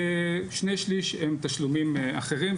ושני שליש הם תשלומים אחרים,